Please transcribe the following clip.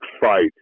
fight